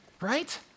right